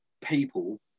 people